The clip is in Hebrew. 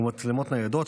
ובמצלמות ניידות,